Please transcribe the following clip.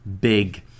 big